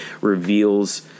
reveals